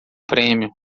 prêmio